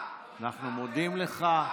אנחנו מודים לך.